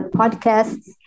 podcasts